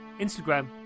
Instagram